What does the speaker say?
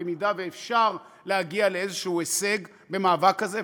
במידה שאפשר להגיע לאיזה הישג במאבק הזה,